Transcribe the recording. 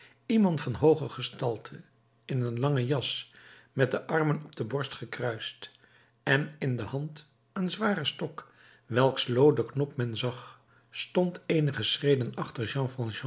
iemand van hooge gestalte in een lange jas met de armen op de borst gekruist en in de hand een zwaren stok welks looden knop men zag stond eenige schreden achter